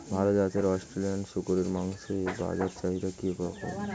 ভাল জাতের অস্ট্রেলিয়ান শূকরের মাংসের বাজার চাহিদা কি রকম?